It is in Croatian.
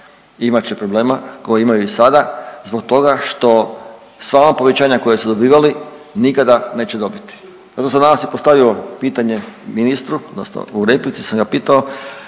imat će problema koje imaju i sada zbog toga što sva ova povećanja koja su dobivali nikada neće dobiti. Zato sam danas i postavio pitanje ministru odnosno u replici sam ga pitao,